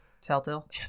Telltale